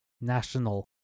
national